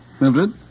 Mildred